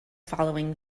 following